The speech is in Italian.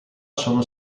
sono